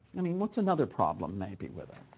i mean what's another problem, maybe, with